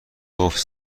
گفت